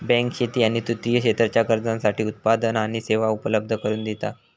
bank शेती आणि तृतीय क्षेत्राच्या गरजांसाठी उत्पादना आणि सेवा उपलब्ध करून दिता